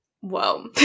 Whoa